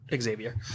Xavier